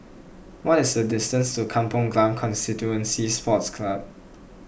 what is the distance to Kampong Glam Constituency Sports Club